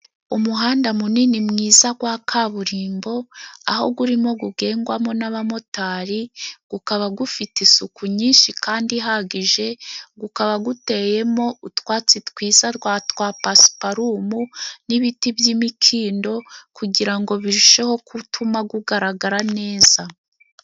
Umuhanda munini mwiza gwa kaburimbo, aho gurimo gugendwamo n'abamotari. Gukaba gufite isuku nyinshi kandi ihagije, gukaba guteyemo utwatsi twiza twa pasiparumu n'ibiti by'imikindo, kugira ngo birusheho gutuma gugaragara neza.